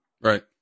Right